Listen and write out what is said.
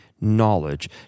knowledge